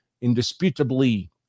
indisputably